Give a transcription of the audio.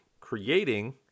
creating